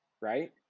right